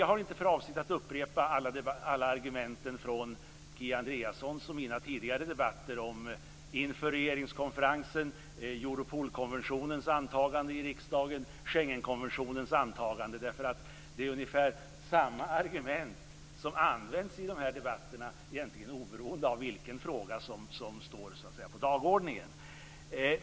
Jag har inte för avsikt att upprepa alla argument från Kia Andreassons och mina tidigare debatter inför regeringskonferensen, Europolkonventionens antagande och Schengenkonventionens antagande i riksdagen. Det är ju ungefär samma argument som används i de här debatterna oberoende av vilken fråga som står på dagordningen.